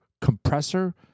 compressor